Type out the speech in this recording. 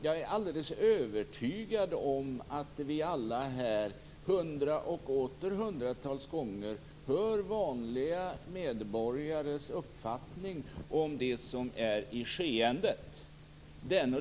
Jag är alldeles övertygad om att vi alla här hundratals och åter hundratals gånger hört vanliga medborgares uppfattning om det som är i skeendet.